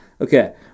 Okay